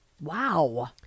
Wow